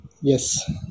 Yes